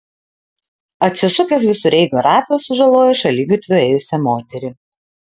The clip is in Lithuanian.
atsisukęs visureigio ratas sužalojo šaligatviu ėjusią moterį